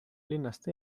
linnast